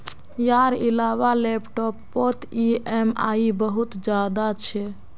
यार इलाबा लैपटॉप पोत ई ऍम आई बहुत ज्यादा छे